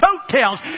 coattails